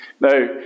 Now